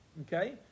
Okay